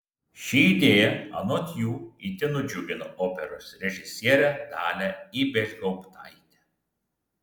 ši idėja anot jų itin nudžiugino operos režisierę dalią ibelhauptaitę